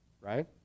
Right